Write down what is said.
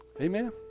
Amen